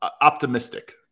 optimistic